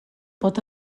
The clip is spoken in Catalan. pot